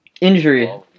Injury